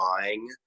buying